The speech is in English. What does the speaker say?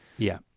yeah.